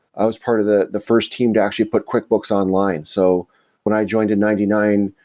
i was part of the the first team to actually put quickbooks online. so when i joined in ninety nine,